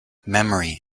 memory